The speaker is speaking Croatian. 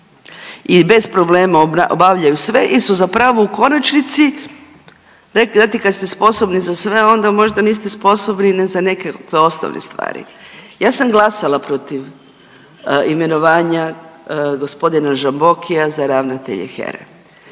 I bez problema obavljaju sve jer su zapravo u konačnici, znate kad ste sposobni za sve, onda možda niste sposobni za neke osnovne stvari. Ja sam glasala protiv imenovanja g. Žambokija za ravnatelja HERA-e.